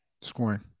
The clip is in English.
Scoring